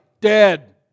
Dead